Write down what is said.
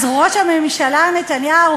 אז ראש הממשלה נתניהו,